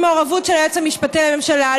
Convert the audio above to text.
עם מעורבות של היועץ המשפטי לממשלה,